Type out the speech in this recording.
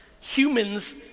Humans